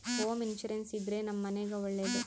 home insurance ಇದ್ರೆ ನಮ್ ಮನೆಗ್ ಒಳ್ಳೇದು